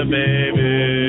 baby